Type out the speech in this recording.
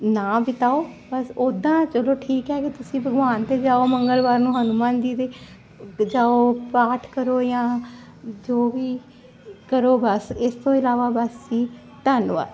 ਨਾ ਵਿਤਾਓ ਬਸ ਉੱਦਾਂ ਚਲੋ ਠੀਕ ਹੈ ਵੀ ਤੁਸੀਂ ਭਗਵਾਨ ਤੇ ਜਾਓ ਮੰਗਲਵਾਰ ਨੂੰ ਹਨੂਮਾਨ ਜੀ ਦੇ ਤੇ ਜਾਓ ਪਾਠ ਕਰੋ ਜਾਂ ਜੋ ਵੀ ਕਰੋ ਬਸ ਇਸ ਤੋਂ ਇਲਾਵਾ ਬਸ ਜੀ ਧੰਨਵਾਦ